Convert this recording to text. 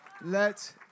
let